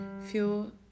feel